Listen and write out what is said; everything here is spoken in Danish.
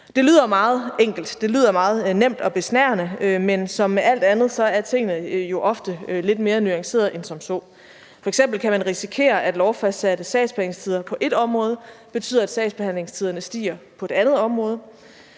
Det lyder meget enkelt, det lyder meget nemt og besnærende, men som med alt andet er tingene jo ofte lidt mere nuancerede end som så, f.eks. kan man risikere, at lovfastsatte sagsbehandlingstider på et område betyder, at sagsbehandlingstiderne stiger på et andet område.